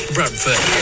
Bradford